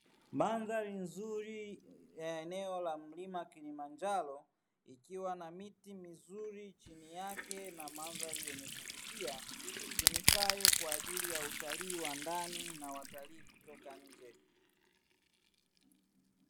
Mandhari nzuri ya eneo la Kilimanjaro likiwa na miti mizuri chini yake na mandhari yenye kuvutia itumikayo kwa ajili ya utalii wa ndani na utalii kutoka nje.